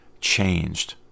changed